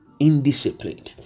indisciplined